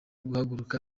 guhaguruka